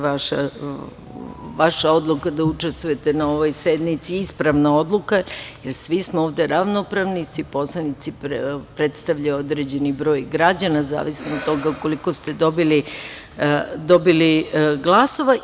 Vaša odluka da učestvujete na ovoj sednici je ispravna odluka, jer svi smo ovde ravnopravni, svi poslanici predstavljaju određeni broj građana, u zavisnosti od toga koliko ste dobili glasova.